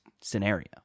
scenario